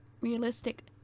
realistic